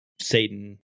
Satan